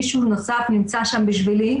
מישהו נוסף נמצא שם בשבילי',